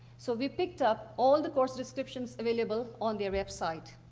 so we picked up all of the course descriptions available on their web sites,